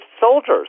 soldiers